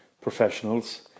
professionals